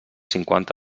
cinquanta